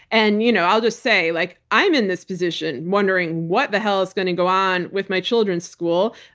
and you know i'll just say, like i'm in this position wondering what the hell is going to go on with my children's school,